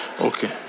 Okay